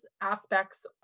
aspects